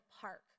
park